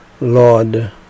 Lord